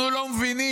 אנחנו לא מבינים